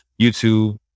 YouTube